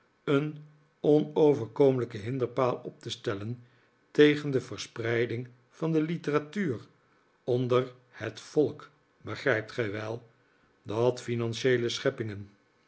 een onoverkomelijken hinderpaal op te stellen tegen de verspreiding van de literatuur onder het volk begrijpt gij wel dat financieele scheppingen